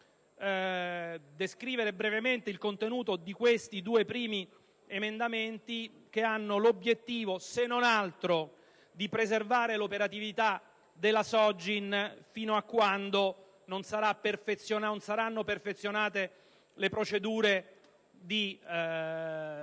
a descrivere brevemente il contenuto di questi due primi emendamenti, che hanno l'obiettivo, se non altro, di preservare l'operatività della Sogin fino a quando non saranno perfezionate le procedure di rinnovo